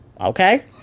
Okay